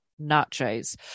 nachos